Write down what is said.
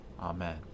Amen